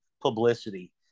publicity